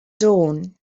dawn